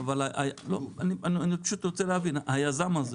אני רוצה להבין היזם הזה,